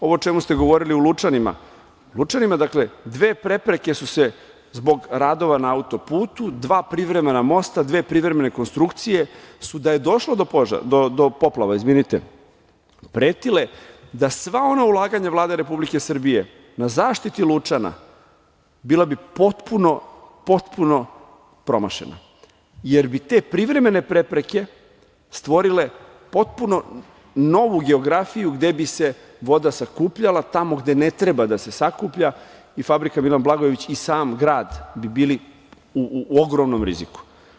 Ovo o čemu ste govorili, u Lučanima, dakle dve prepreke su se zbog radova na autoputu, dva privremena mosta, dve privremene konstrukcije, su da je došlo do poplava pretile da sva ona ulaganja Vlade Republike Srbije na zaštiti Lučana, bila bi potpuno promašena, jer bi te privremene prepreke stvorile potpuno novu geografiju gde bi se voda sakupljala tamo gde ne treba da se sakuplja, fabrika „Milan Blagojević“ i sam grad bi bili u ogromnom riziku.